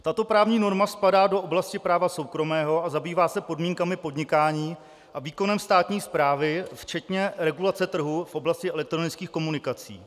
Tato právní norma spadá do oblasti práva soukromého a zabývá se podmínkami podnikání a výkonem státní správy včetně regulace trhu v oblasti elektronických komunikací.